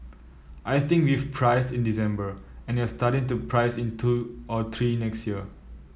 I think we've priced in December and you're starting to price in two or three next year